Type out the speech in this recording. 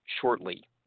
shortly